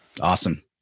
Awesome